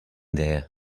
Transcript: there